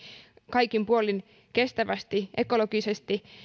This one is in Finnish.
kaikin puolin kestävästi ekologisesti